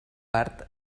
art